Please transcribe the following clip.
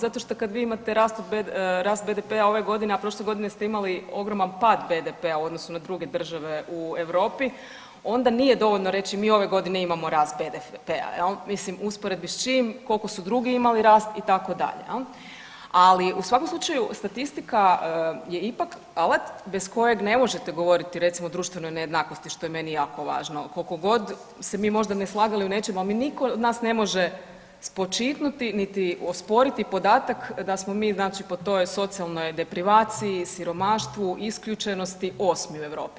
Zašto što kad vi imate rast BDP ove godine, a prošle godine ste imali ogroman pad BDP u odnosu na druge u Europi onda nije dovoljno reći mi ove godine imamo rast BDP-a jel, mislim u usporedbi s čim koliko su drugi imali rast itd., ali u svakom slučaju statistika je ipak alat bez kojeg ne možete govoriti recimo o društvenoj nejednakosti što je meni jako važno koliko god se mi možda ne slagali u nečem, ali mi nitko od nas ne može spočitnuti niti osporiti podatak da smo mi znači po toj socijalnoj deprivaciji, siromaštvu, isključenosti 8 u Europi.